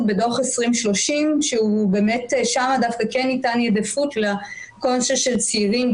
בדוח 2030 ששם באמת ניתנה עדיפות לכל נושא של צעירים,